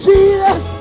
Jesus